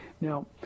Now